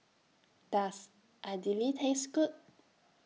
Does Idili Taste Good